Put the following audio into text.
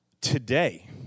today